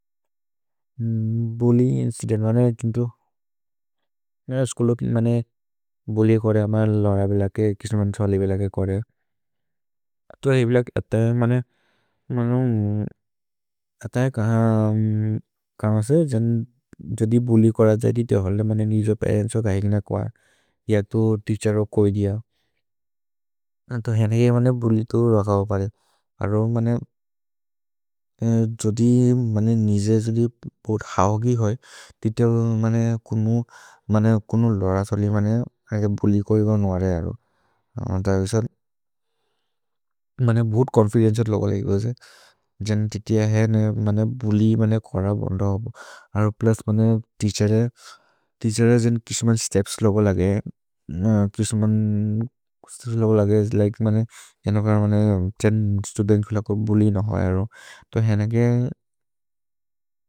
भुलि इन्चिदेन्त् मने छिन्तु स्छूलो मने बुलि कोरे अम लर बिल के, किस्न मन् शलि बिल के कोरे अतो है बिल अतये मने मनो अतये। कह कमसे जनि जोदि बुलि कोर जय्दि ते होल्दे मने निजो परेन्त्स् हो गहिल् न कुअ य तु तेअछेर् हो कोइ दिय अतो है। नके मने बुलि तो रख हो परे अरो मने जोदि मने निजे जोदि उधहोगि होइ ति ते मने कुन मने कुन लर थोलि मने बुलि कोइ। गौन् वरे अरो अतये सो मने भुत् चोन्फिदेन्तिअल् लोगो लगि हो से जनि ति ते हैने मने बुलि मने खर बोन्द होबो। अरो प्लुस् मने तेअछेर् ए तेअछेर् ए जने किश्मन् स्तेप्स् लोगो लगे किश्मन् स्तेप्स् लोगो लगे लिके मने एनो कर् मने जने। स्तुदेन्त् लोगो बुलि नोहो अरो तो है नगे।